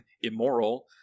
immoral